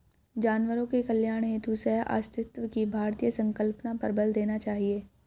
जानवरों के कल्याण हेतु सहअस्तित्व की भारतीय संकल्पना पर बल देना चाहिए